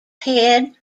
head